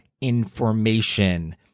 information